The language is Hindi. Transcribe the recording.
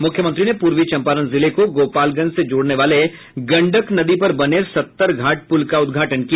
मुख्यमंत्री ने पूर्वी चंपारण जिले को गोपालगंज से जोड़ने वाले गंडक नदी पर बने सत्तर घाट पुल का उद्घाटन किया